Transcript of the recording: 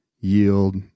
yield